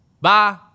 Bye